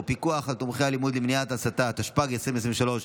להלן תוצאות ההצבעה: 30 בעד במחשב,